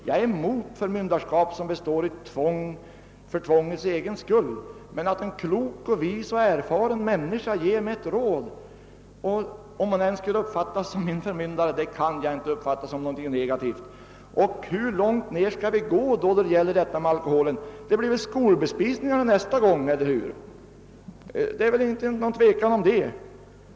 Jag är emot förmynderskap som består av tvång för tvångets egen skull, men att en klok, vis och erfaren människa ger mig ett råd kan jag inte uppfatta som någonting negativt, även om hon skulle betraktas som min förmyndare. Hur långt skall vi för övrigt gå när det gäller alkoholservering? Det blir väl skolbespisningarna nästa gång, eller hur? Det kan inte råda något tvivel om det.